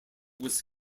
was